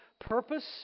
purpose